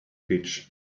beach